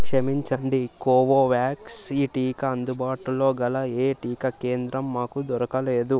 క్షమించండి కోవోవ్యాక్స్ ఈ టీకా అందుబాటులోగల ఏ టీకా కేంద్రం మాకు దొరకలేదు